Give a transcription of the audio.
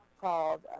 called